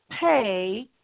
pay